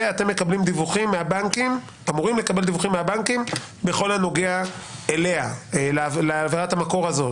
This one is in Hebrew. ואתם אמורים לקבל דיווחים מהבנקים בכל הנוגע לעבירת המקור הזו.